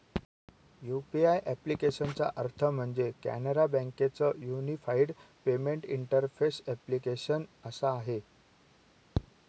UPI ॲप्लिकेशनचा अर्थ म्हणजे, कॅनरा बँके च युनिफाईड पेमेंट इंटरफेस ॲप्लीकेशन असा आहे